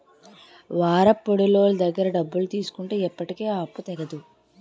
వారాపొడ్డీలోళ్ళ దగ్గర డబ్బులు తీసుకుంటే ఎప్పటికీ ఆ అప్పు తెగదు